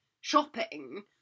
shopping